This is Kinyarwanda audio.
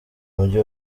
mujyi